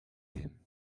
wiem